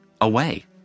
away